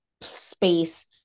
space